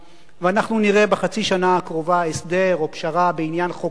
ואנחנו נראה בחצי השנה הקרובה הסדר או פשרה בעניין חוק טל.